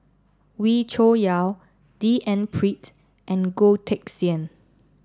Wee Cho Yaw D N Pritt and Goh Teck Sian